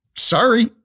sorry